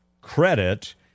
credit